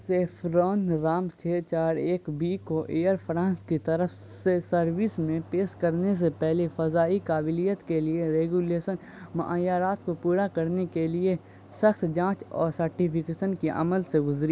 saffron رام چھ چار ایک بی کو ایئر فرانس کی طرف سے سروس میں پیش کرنے سے پہلے فضائی قابلیت کے لیے ریگولیشن معیارات کو پورا کرنے کے لیے سخت جانچ اور سرٹیفیکیشن کے عمل سے گزری